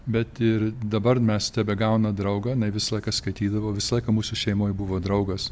bet ir dabar mes tebegauna draugą jinai visą laiką skaitydavo visą laiką mūsų šeimoj buvo draugas